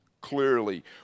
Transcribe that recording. clearly